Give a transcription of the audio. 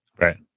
Right